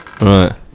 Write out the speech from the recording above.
Right